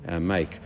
make